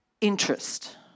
interest